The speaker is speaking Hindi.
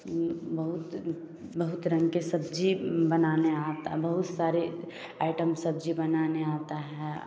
बहुत बहुत रंग की सब्ज़ी बनाने आता बहुत सारे आइटम सब्ज़ी बनाने आता है